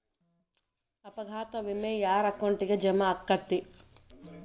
ಅಪಘಾತ ವಿಮೆ ಯಾರ್ ಅಕೌಂಟಿಗ್ ಜಮಾ ಆಕ್ಕತೇ?